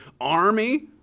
army